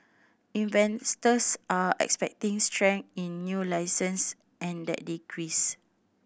investors are expecting strength in new licences and that decreased